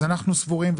אז אנחנו סבורים,